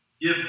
give